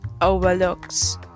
overlooks